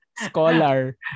Scholar